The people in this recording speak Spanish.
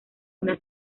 una